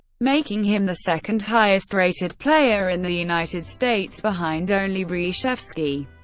making him the second highest rated player in the united states, behind only reshevsky,